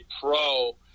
pro